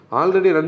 already